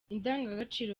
indangagaciro